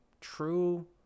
true